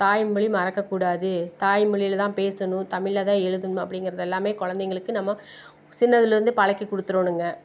தாய்மொழி மறக்கக்கூடாது தாய்மொழியில் தான் பேசணும் தமிழில்தான் எழுதணும் அப்படிங்கிறத எல்லாமே குழந்தைங்களுக்கு நம்ம சின்னதில் இருந்தே பழக்கி கொடுத்துறணுங்க